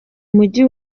mujyi